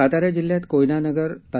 सातारा जिल्ह्यात कोयनानगर ता